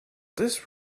this